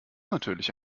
natürlich